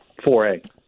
4A